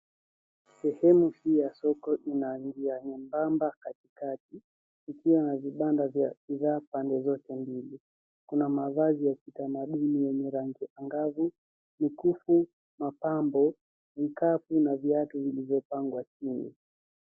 Sehemu hii ya soko ina njia nyembamba katikati, kukiwa na vibanda vya bidhaa pande zote. Kuna mavazi ya kitamaduni yenye rangi anga'vu, mikufu, mapambambo, vikapu na viatu vilivyopangwa chini.